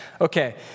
Okay